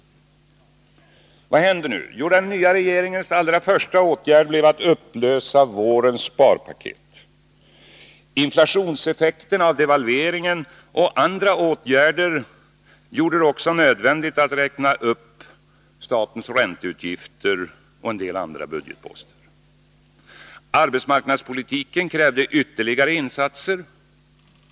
Vad hände nu? Jo, en av den nya regeringens allra första åtgärder blev att fatta beslut som motverkade vårens sparpaket. Inflationseffekterna av devalveringen och andra åtgärder gjorde det också nödvändigt att räkna upp statens ränteutgifter och en del andra budgetposter. Arbetsmarknadspolitiken krävde ytterligare insatser.